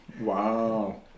wow